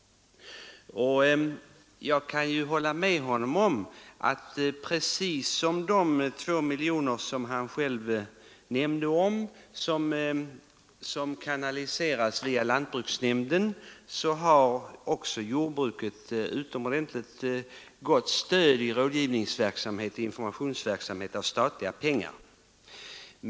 Jag kan hålla med honom om att jordbruket har ett utomordentligt gott stöd för sin rådgivningsoch informationsverksamhet av statliga pengar.